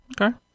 Okay